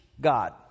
God